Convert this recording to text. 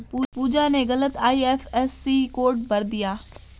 पूजा ने गलत IFSC code भर दिया